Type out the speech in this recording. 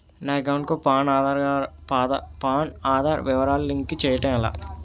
నా అకౌంట్ కు పాన్, ఆధార్ వివరాలు లింక్ చేయటం ఎలా?